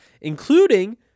including